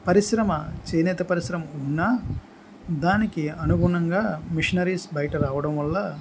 పరిశ్రమ చేనేత పరిశ్రమ ఉన్నా దానికి అనుగుణంగా మిషనరీస్ బయట రావడం వల్ల